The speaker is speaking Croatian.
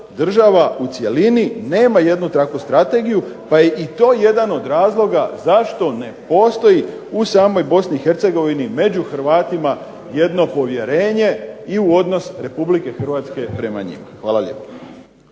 država u cjelini nema jednu takvu strategiju pa je i to jedan od razloga zašto ne postoji u samoj Bosni i Hercegovini među Hrvatima jedno povjerenje i u odnos Republike Hrvatske prema njima. Hvala lijepo.